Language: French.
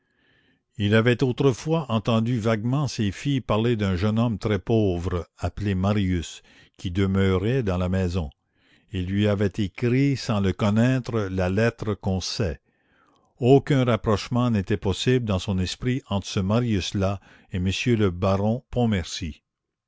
il avait autrefois entendu vaguement ses filles parler d'un jeune homme très pauvre appelé marius qui demeurait dans la maison il lui avait écrit sans le connaître la lettre qu'on sait aucun rapprochement n'était possible dans son esprit entre ce marius là et m le baron